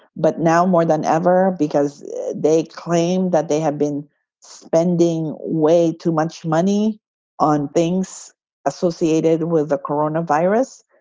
but now, more than ever, because they claim that they have been spending way too much money on things associated with the corona virus.